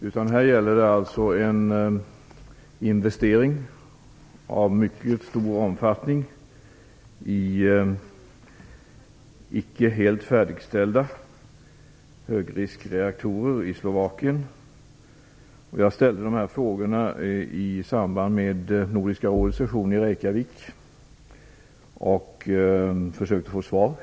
I stället gäller det en investering av mycket stor omfattning i icke helt färdigställda högriskreaktorer i Slovakien. Jag har ställt samma fråga i samband med Nordiska rådets session i Reykjavik och försökte få svar.